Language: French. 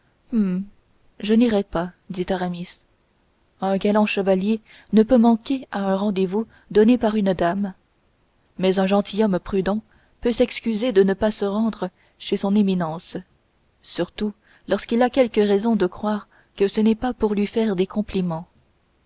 je n'irais pas dit aramis un galant chevalier ne peut manquer à un rendez-vous donné par une dame mais un gentilhomme prudent peut s'excuser de ne pas se rendre chez son éminence surtout lorsqu'il a quelque raison de croire que ce n'est pas pour y recevoir des compliments